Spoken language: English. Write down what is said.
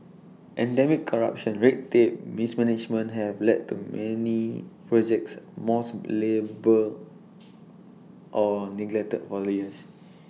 endemic corruption red tape mismanagement have left many projects or neglected for years